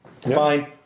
Fine